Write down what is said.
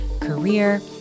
career